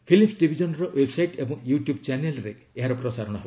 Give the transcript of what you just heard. films ଡିଭିଜନର website ଏବଂ YouTube ଚ୍ୟାନେଲ୍ରେ ଏହାର ପ୍ରସାରଣ ହେବ